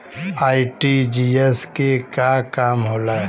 RTGS के का काम होला?